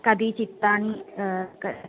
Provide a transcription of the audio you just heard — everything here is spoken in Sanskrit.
कति चित्राणि क